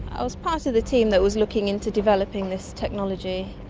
i was part of the team that was looking into developing this technology.